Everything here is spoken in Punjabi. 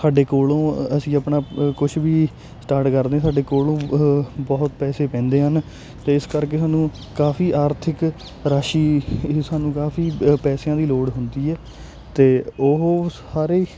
ਤੁਹਾਡੇ ਕੋਲੋਂ ਅਸੀਂ ਆਪਣਾ ਕੁਛ ਵੀ ਸਟਾਰਟ ਕਰਦੇ ਸਾਡੇ ਕੋਲ ਬਹੁਤ ਪੈਸੇ ਪੈਂਦੇ ਹਨ ਅਤੇ ਇਸ ਕਰਕੇ ਸਾਨੂੰ ਕਾਫੀ ਆਰਥਿਕ ਰਾਸ਼ੀ ਇਹ ਸਾਨੂੰ ਕਾਫੀ ਪੈਸਿਆਂ ਦੀ ਲੋੜ ਹੁੰਦੀ ਹੈ ਅਤੇ ਉਹ ਸਾਰੇ